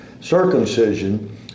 circumcision